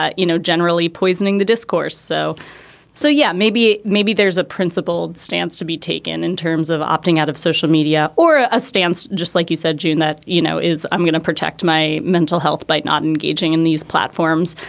ah you know, generally poisoning the discourse. so so, yeah, maybe maybe there's a principled stance to be taken in terms of opting out of social media or a ah stance, just like you said, june, that, you know, is i'm going to protect my mental health by not engaging in these platforms.